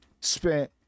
spent